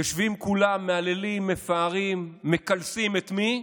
יושבים כולם, מהללים מפארים ומקלסים, את מי?